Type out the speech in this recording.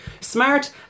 Smart